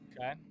Okay